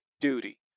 duty